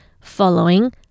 following